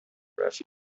رفیق